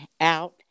out